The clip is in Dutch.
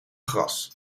gras